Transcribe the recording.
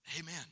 amen